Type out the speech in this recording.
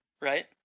right